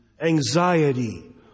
Anxiety